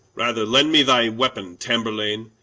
rather lend me thy weapon, tamburlaine,